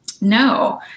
no